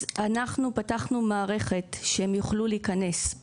אנחנו פתחנו מערכת שהם יוכלו להכנס,